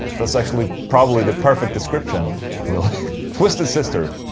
that's actually probably the perfect description really twisted sister,